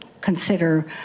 consider